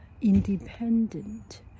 independent